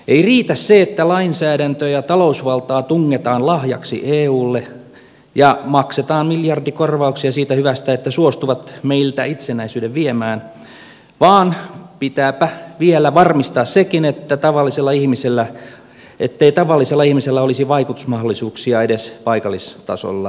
ei riitä se että lainsäädäntö ja talousvaltaa tungetaan lahjaksi eulle ja maksetaan miljardikorvauksia siitä hyvästä että ne suostuvat meiltä itsenäisyyden viemään vaan pitääpä vielä varmistaa sekin ettei tavallisella ihmisellä olisi vaikutusmahdollisuuksia edes paikallistasolla